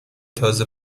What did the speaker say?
تازه